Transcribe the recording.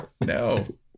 No